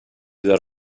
dues